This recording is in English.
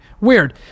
Weird